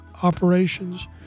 operations